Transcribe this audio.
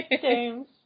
James